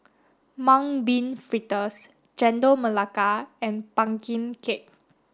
Mung Bean Fritters Chendol Melaka and pumpkin cake